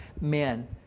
men